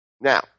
Now